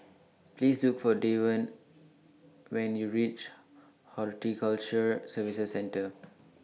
Please Look For Davon when YOU REACH Horticulture Services Centre